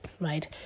right